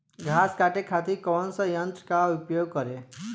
घास काटे खातिर कौन सा यंत्र का उपयोग करें?